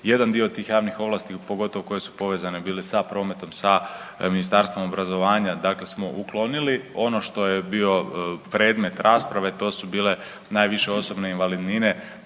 jedan dio tih javnih ovlasti pogotovo koje su povezane bile sa prometom, sa Ministarstvom obrazovanja dakle smo uklonili. Ono što je bio predmet rasprave to su bile najviše osobne invalidnine,